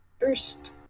first